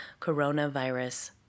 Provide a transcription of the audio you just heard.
coronavirus